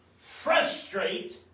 frustrate